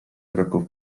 kroków